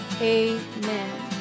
Amen